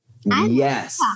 yes